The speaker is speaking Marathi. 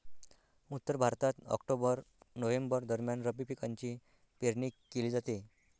उत्तर भारतात ऑक्टोबर नोव्हेंबर दरम्यान रब्बी पिकांची पेरणी केली जाते